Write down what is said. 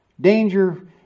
danger